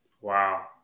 Wow